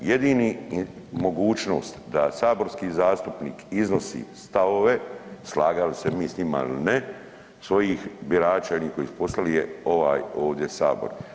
Jedina mogućnost da saborski zastupnik iznosi stavove, slagali se mi s njima ili ne, svojih birača i onih koji su ih poslali je ovaj ovdje Sabor.